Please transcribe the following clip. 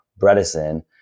Bredesen